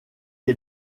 est